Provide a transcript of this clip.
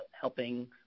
helping